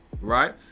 right